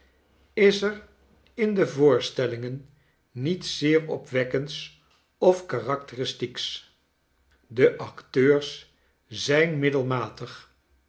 is er in de voorstellingen niets zeer opwekkends of karakteristieks de acteurs zijn middelmatig